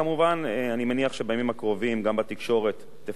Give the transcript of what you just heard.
אני מניח שבימים הקרובים גם בתקשורת תפורסם הטבלה